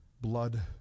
blood